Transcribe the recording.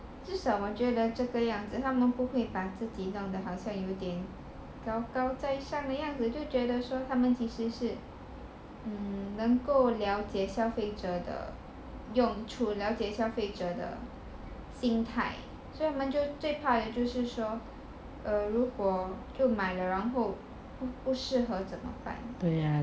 至少我觉得这个样子他们不会把自己好像有一点高高在上的样子就觉得说他们是能够了解消费者的用处了解消费者的心态所以我们就最怕的就是说如果就买了然后不适合怎么办